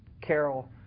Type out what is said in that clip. Carol